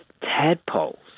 tadpoles